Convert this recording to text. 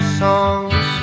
songs